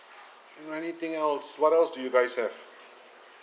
mm anything else what else do you guys have